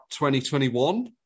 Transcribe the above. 2021